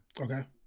Okay